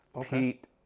Pete